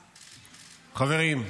חברים,